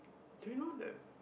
do you know that